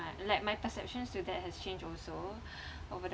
like my perceptions to that has changed also over the